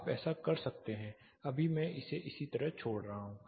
आप ऐसा कर सकते हैं कि अभी मैं इसे इस तरह छोड़ रहा हूं